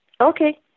Okay